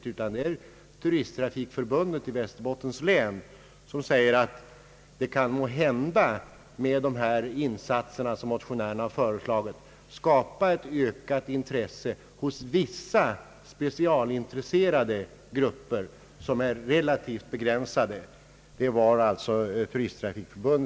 Påståendet kommer från Turisttrafikförbundet i Västerbottens län, som säger att det med de insatser som motionärerna har föreslagit måhända kan skapas ett ökat intresse hos vissa specialintresserade grupper, som är relativt begränsade.